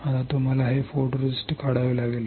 आता तुम्हाला हे फोटोरिस्टिस्ट काढावे लागेल